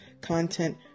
content